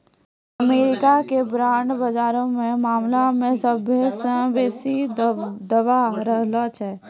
America के bond बजारो के मामला मे सभ्भे से बेसी दबदबा रहलो छै